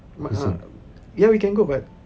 mak ya we can go but